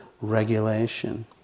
regulation